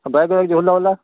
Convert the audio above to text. bag वैग झोला वोला